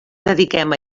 dediquem